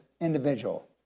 individual